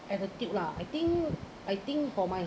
at the tip lah I think I think for my